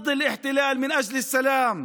מסורים, נקיים, נגד הכיבוש ולמען השלום,